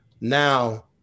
now